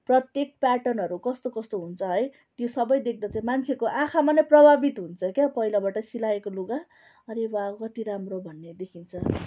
प्रत्येक प्याटनहरू कस्तो कस्तो हुन्छ है त्यो सबै देख्दा चाहिँ मान्छेको आँखामा नै प्रभावित हुन्छ क्या पहिलाबाट सिलाएको लुगा अरे वाउ कति राम्रो भन्ने देखिन्छ